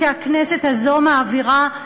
שהכנסת הזו מעבירה.